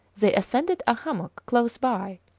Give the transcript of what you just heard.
they ascended a hummock close by,